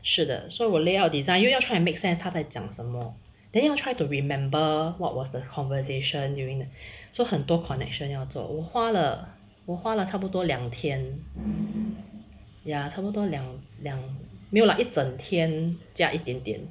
是的 so 我 layout design 又要 try and make sense 他在讲什么 then 又要 try to remember what was the conversation during the so 很多 connection 要做我花了我花了差不多两天 ya 差不多都两两没有 lah 一整天加一点点